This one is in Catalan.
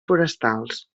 forestals